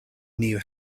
knew